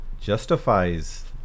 justifies